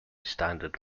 standard